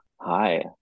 Hi